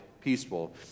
peaceful